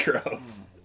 Gross